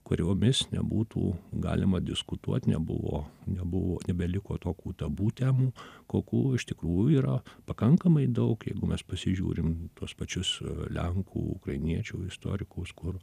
kuriomis nebūtų galima diskutuot nebuvo nebuvo nebeliko tokių tabu temų kokių iš tikrųjų yra pakankamai daug jeigu mes pasižiūrim tuos pačius lenkų ukrainiečių istorikus kur